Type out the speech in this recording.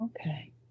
Okay